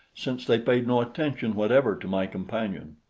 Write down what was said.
since they paid no attention whatever to my companion.